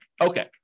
Okay